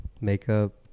makeup